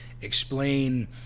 explain